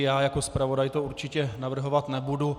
Já jako zpravodaj to určitě navrhovat nebudu.